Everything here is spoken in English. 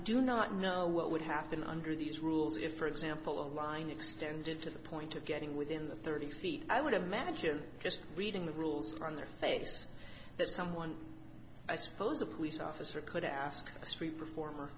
do not know what would happen under these rules if for example a line extended to the point of getting within the thirty feet i would imagine just reading the rules on their face there's someone i suppose a police officer could ask a street performer